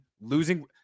losing